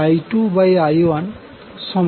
সুতরাং I2I1 N1N2